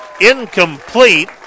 Incomplete